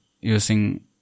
using